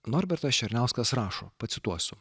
norbertas černiauskas rašo pacituosiu